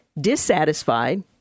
dissatisfied